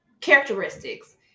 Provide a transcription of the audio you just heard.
characteristics